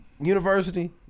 University